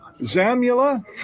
Zamula